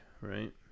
right